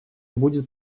будет